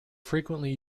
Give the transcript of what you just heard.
frequently